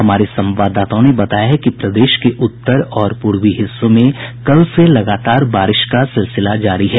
हमारे संवाददाताओं ने बताया है कि प्रदेश के उत्तर और पूर्वी हिस्सों में कल से लगातार बारिश का सिलसिला जारी है